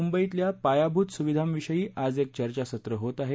मुंबईतल्या पायाभूत सुविधांविषयी आज एक चर्चासत्र होत आहे